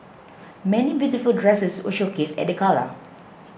many beautiful dresses were showcased at the gala